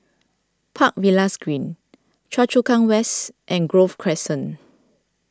Park Villas Green Choa Chu Kang West and Grove Crescent